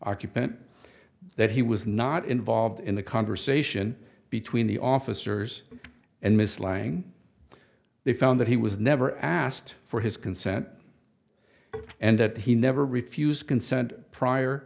occupant that he was not involved in the conversation between the officers and miss lang they found that he was never asked for his consent and that he never refused consent prior